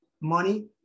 money